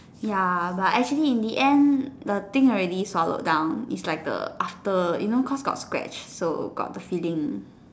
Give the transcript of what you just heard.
ya but actually in the end the thing already swallowed down it's like the after you know cause got scratch so got the feeling